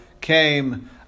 came